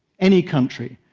any country,